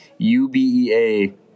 UBEA